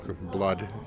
blood